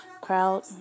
crowd